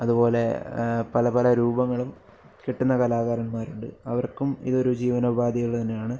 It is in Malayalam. അതുപോലെ പല പല രൂപങ്ങളും കെട്ടുന്ന കലാകാരന്മാരുണ്ട് അവർക്കും ഇതൊരു ജീവനോപാധികൾ തന്നെയാണ്